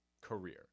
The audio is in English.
career